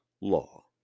law